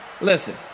Listen